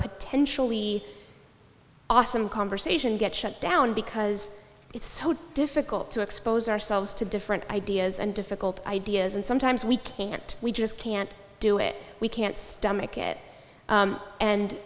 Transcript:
potentially awesome conversation get shut down because it's so difficult to expose ourselves to different ideas and difficult ideas and sometimes we can't we just can't do it we can't stomach it